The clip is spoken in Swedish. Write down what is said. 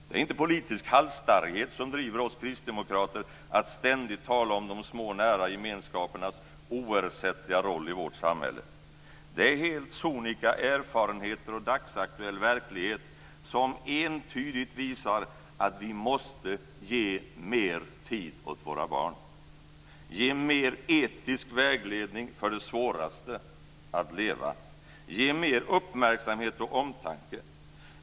Det är inte politisk halsstarrighet som driver oss kristdemokrater att ständig tala om de små nära gemenskapernas oersättliga roll i vårt samhälle. Det är helt sonika erfarenheter och dagsaktuell verklighet som entydigt visar att vi måste ge mer tid åt våra barn, ge mer etisk vägledning för det svåraste, att leva, och ge mer uppmärksamhet och omtanke.